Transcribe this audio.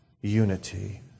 unity